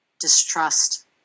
distrust